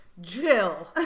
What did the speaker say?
Jill